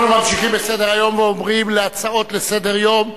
אנחנו ממשיכים בסדר-היום ועוברים להצעות לסדר-היום,